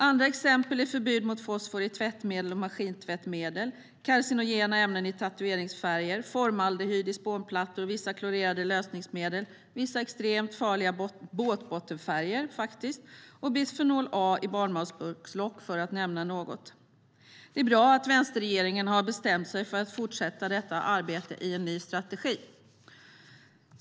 Andra exempel är förbud mot fosfor i tvättmedel och maskintvättmedel, carcinogena ämnen i tatueringsfärger, formaldehyd i spånplattor, vissa klorerade lösningsmedel, vissa extremt farliga båtbottenfärger och bisfenol A i barnmatsburkslock, för att nämna några. Det är bra att vänsterregeringen har bestämt sig för att fortsätta detta arbete i en ny strategi.